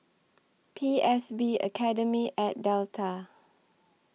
P S B Academy At Delta